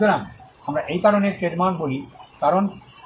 সুতরাং আমরা এই কারণেই কেন ট্রেডমার্ক বলি